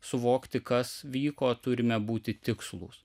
suvokti kas vyko turime būti tikslūs